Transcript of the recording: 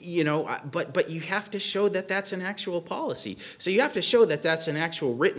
you know i but but you have to show that that's an actual policy so you have to show that that's an actual written